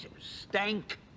Stank